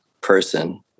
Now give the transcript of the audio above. person